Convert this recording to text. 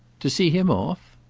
to see him off?